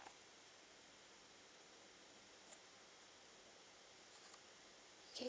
okay